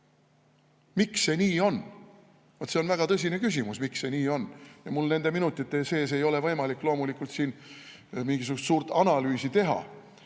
Miks see nii on? See on väga tõsine küsimus, miks see nii on. Mul nende minutite sees ei ole loomulikult võimalik siin mingisugust suurt analüüsi teha.